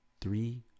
three